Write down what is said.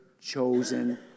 chosen